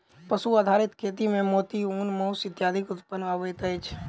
पशु आधारित खेती मे मोती, ऊन, मौस इत्यादिक उत्पादन अबैत अछि